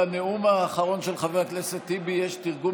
לנאום האחרון של חבר הכנסת טיבי יש תרגום